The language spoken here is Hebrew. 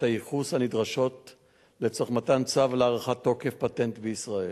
הייחוס הנדרשות לצורך מתן צו להארכת תוקף פטנט בישראל.